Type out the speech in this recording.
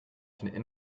den